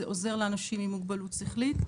זה עוזר לאנשים עם מוגבלות שכלית.